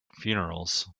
funerals